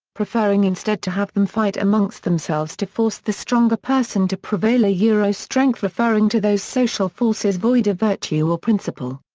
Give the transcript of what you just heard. preferring instead to have them fight amongst themselves to force the stronger person to prevail yeah strength referring to those social forces void of virtue or principle.